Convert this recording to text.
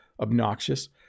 obnoxious